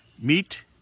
meat